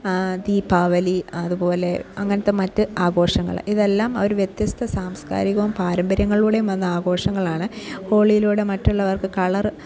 ദീപാവലി അതുപോലെ അങ്ങനത്തെ മറ്റ് ആഘോഷങ്ങൾ ഇതെല്ലാം ഒരു വ്യത്യസ്ത സാംസ്കാരികവും പാരമ്പര്യങ്ങളിലൂടെയും വന്ന ആഘോഷങ്ങളാണ് ഹോളിയിലൂടെ മറ്റുള്ളവർക്ക് കളർ